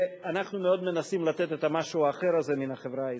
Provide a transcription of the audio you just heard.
ואנחנו עוד מנסים לתת את המשהו האחר הזה מן החברה הישראלית.